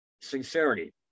sincerity